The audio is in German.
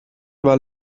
war